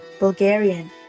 Bulgarian